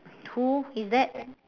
who is that